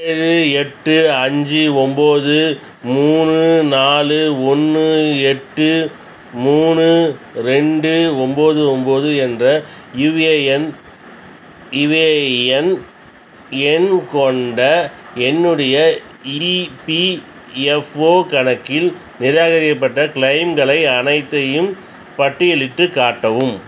ஏழு எட்டு அஞ்சு ஒம்போது மூணு நாலு ஒன்று எட்டு மூணு ரெண்டு ஒம்போது ஒம்போது என்ற யுஏஎன் யுஏஎன் எண் கொண்ட என்னுடைய இபிஎஃப்ஓ கணக்கில் நிராகரிக்கப்பட்ட க்ளைம்களை அனைத்தையும் பட்டியலிட்டுக் காட்டவும்